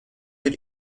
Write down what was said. bir